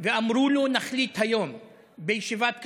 ואמרו לו: נחליט היום בישיבת קבינט.